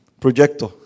projector